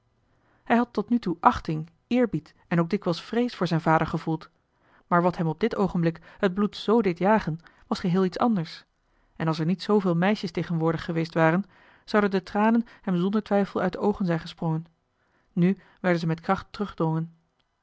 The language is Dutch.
hij had tot nu toe achting eerbied en ook dikwijls vrees voor zijn vader gevoeld maar wat hem op dit oogenblik het bloed zoo eli heimans willem roda deed jagen was geheel iets anders en als er niet zooveel meisjes tegenwoordig geweest waren zouden de tranen hem zonder twijfel uit de oogen zijn gesprongen nu werden ze met kracht